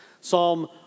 Psalm